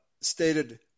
stated